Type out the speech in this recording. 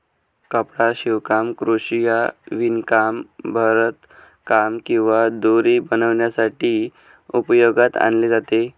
कपडा शिवणकाम, क्रोशिया, विणकाम, भरतकाम किंवा दोरी बनवण्यासाठी उपयोगात आणले जाते